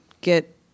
get